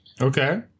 Okay